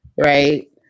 Right